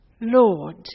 Lord